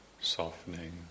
Softening